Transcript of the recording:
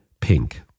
Pink